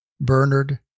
Bernard